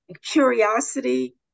curiosity